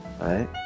right